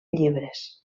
llibres